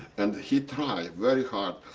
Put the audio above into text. and he tried very hard,